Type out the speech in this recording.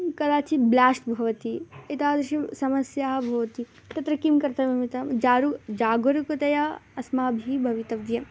कदाचित् ब्लाश्ट् भवति एतादृशी समस्याः भवन्ति तत्र किं कर्तव्यं यथा जारु जागरूकतया अस्माभिः भवितव्यम्